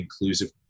inclusive